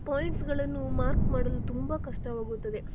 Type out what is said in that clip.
ಪಾಯಿಂಟ್ಸ್ಗಳನ್ನು mark ಮಾಡಲು ತುಂಬ ಕಷ್ಟವಾಗುತ್ತದೆ